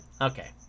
Okay